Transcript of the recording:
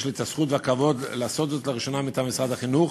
יש לי הזכות והכבוד לעשות זאת לראשונה מטעם משרד החינוך,